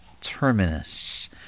Terminus